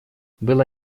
было